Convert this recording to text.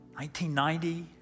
1990